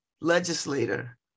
legislator